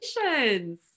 Congratulations